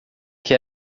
que